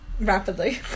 rapidly